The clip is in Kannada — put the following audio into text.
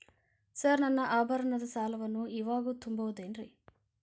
ಸರ್ ನನ್ನ ಆಭರಣ ಸಾಲವನ್ನು ಇವಾಗು ತುಂಬ ಬಹುದೇನ್ರಿ?